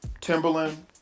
Timberland